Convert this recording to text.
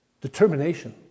Determination